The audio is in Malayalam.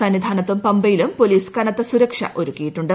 സന്നിധാനത്തും പമ്പയിലും പൊലീസ് കനത്ത സുരക്ഷ ഒരുക്കിയിട്ടുണ്ട്